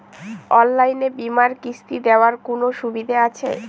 অনলাইনে বীমার কিস্তি দেওয়ার কোন সুবিধে আছে?